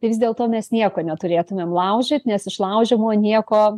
tai vis dėlto mes nieko neturėtumėm laužyt nes iš laužymo nieko